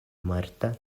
marta